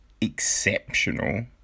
exceptional